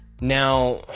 now